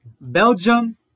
Belgium